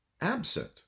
absent